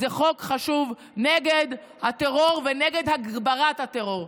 זה חוק חשוב נגד הטרור ונגד הגברת הטרור.